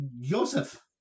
Joseph